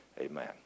Amen